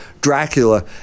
Dracula